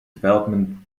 development